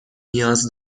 نیاز